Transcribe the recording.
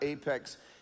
Apex